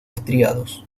estriados